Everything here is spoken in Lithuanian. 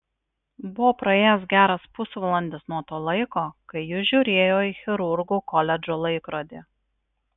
buvo praėjęs geras pusvalandis nuo to laiko kai jis žiūrėjo į chirurgų koledžo laikrodį